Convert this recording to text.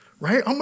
right